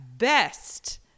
best